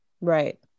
right